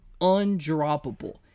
undroppable